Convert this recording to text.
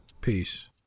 Peace